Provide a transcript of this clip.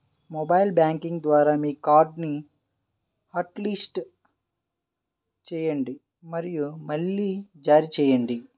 mobile banking ద్వారా మీ కార్డ్ని హాట్లిస్ట్ చేయండి మరియు మళ్లీ జారీ చేయండి